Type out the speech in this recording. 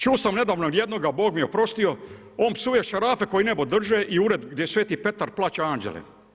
Čuo sam nedavno od jednoga, Bog mi oprostio, on psuje šarafe koji nebo drže i ured gdje Sveti Petar plaća anđele.